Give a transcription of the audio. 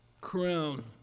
crown